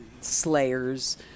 slayers